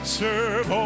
serve